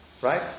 right